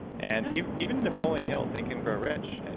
and even napoleon hill, think and grow rich, and